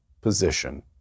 position